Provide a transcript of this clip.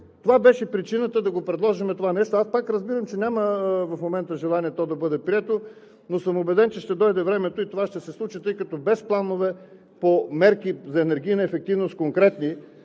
Това беше причината да предложим това нещо. Пак разбирам, че в момента няма желание да бъде прието, но съм убеден, че ще дойде времето и това ще се случи, тъй като без планове по конкретни мерки за енергийна ефективност, с конкретни